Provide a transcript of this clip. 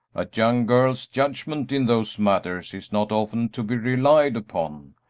a young girl's judgment in those matters is not often to be relied upon.